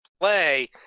play